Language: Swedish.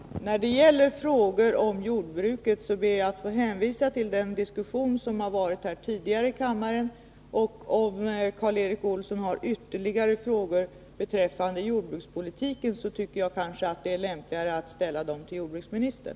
Herr talman! När det gäller frågor om jordbruket ber jag att få hänvisa till den diskussion som tidigare förts här i kammaren. Om Karl Erik Olsson har ytterligare frågor beträffande jordbrukspolitiken är det kanske lämpligare att ställa dem till jordbruksministern.